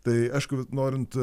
tai aišku norint